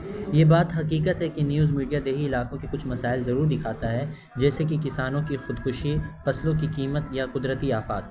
یہ بات حقیقت ہے کہ نیوز میڈیا دیہی علاقوں کے کچھ مسائل ضرور دکھاتا ہے جیسے کہ کسانوں کی خود کشی فصلوں کی قیمت یا قدرتی آفات